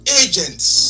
agents